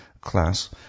class